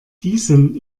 diesen